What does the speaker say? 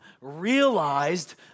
realized